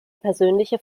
persönliche